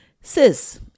sis